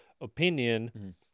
opinion